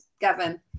Gavin